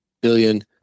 billion